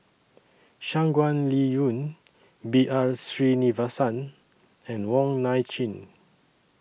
Shangguan Liuyun B R Sreenivasan and Wong Nai Chin